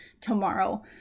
tomorrow